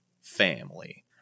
family